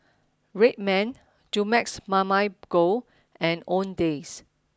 Red Man Dumex Mamil Gold and Owndays